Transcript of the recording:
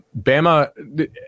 Bama